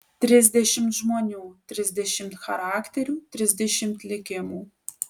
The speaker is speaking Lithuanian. trisdešimt žmonių trisdešimt charakterių trisdešimt likimų